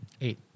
Eight